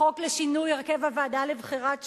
החוק לשינוי הרכב הוועדה לבחירת שופטים,